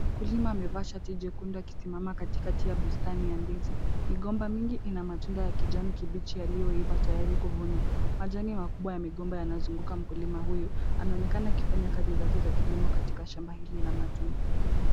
Mkulima amevaa shati jekundu akisimama katikati ya bustani ya ndizi. Migomba mingi ina matunda ya kijani kibichi yaliyoiva tayari kuvunwa. Majani makubwa ya migomba yanazunguka mkulima huyu. Anaonekana akifanya kazi zake za kilimo katika shamba hili la matunda.